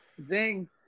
Zing